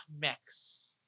mix